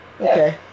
Okay